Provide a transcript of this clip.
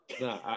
No